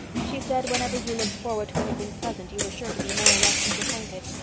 she said whenever you looked forward to anything pleasant you were sure to be more or less disappointed.